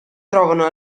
trovano